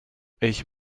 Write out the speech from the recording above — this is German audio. ich